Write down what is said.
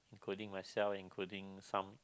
including myself including some